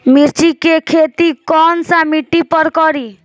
मिर्ची के खेती कौन सा मिट्टी पर करी?